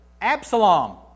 Absalom